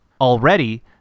Already